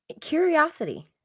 Curiosity